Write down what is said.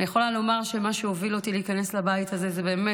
אני יכולה לומר שמה שהוביל אותי להיכנס לבית הזה זה באמת